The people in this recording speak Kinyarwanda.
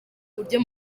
uburyo